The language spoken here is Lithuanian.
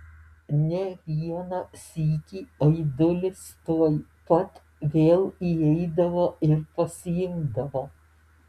ne vieną sykį aidulis tuoj pat vėl įeidavo ir pasiimdavo